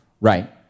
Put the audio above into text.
right